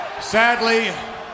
Sadly